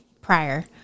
prior